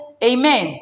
Amen